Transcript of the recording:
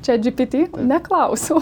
chatgpt neklausiau